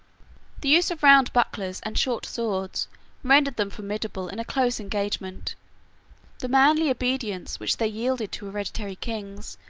the use of round bucklers and short swords rendered them formidable in a close engagement the manly obedience which they yielded to hereditary kings,